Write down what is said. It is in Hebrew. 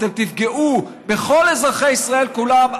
אתם תפגעו בכל אזרחי ישראל כולם,